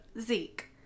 Zeke